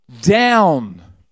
down